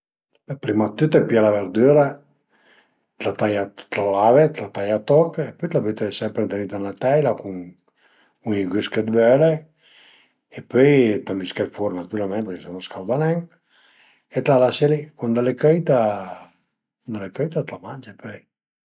Prima dë tüt pìe la verdüra, la taie, la lave, la taie a toch, pöi t'la büte sempre ëndrinta 'na teila cun cun i güst che t'völe e pöi t'avische ël furn natüralment përché se no a scauda nen e t'ìla lase li, cuand al e cöita, cuand al e cöita t'la mange pöi